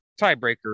tiebreaker